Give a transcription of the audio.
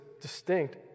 distinct